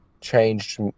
changed